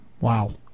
Wow